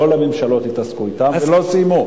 כל הממשלות התעסקו אתם ולא סיימו.